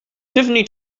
tiffany